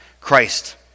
Christ